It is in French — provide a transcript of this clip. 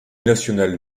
nationale